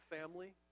family